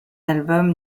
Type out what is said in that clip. album